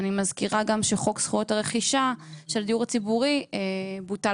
אני מזכירה גם שחוק זכויות הרכישה של הדיור הציבורי בוטל